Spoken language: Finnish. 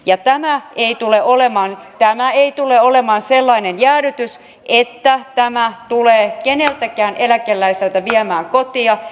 ja tämä ei tule olemaan sellainen jäädytys että tämä tulee keneltäkään eläkeläiseltä viemään kotia